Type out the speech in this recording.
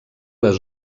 les